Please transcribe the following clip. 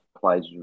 plays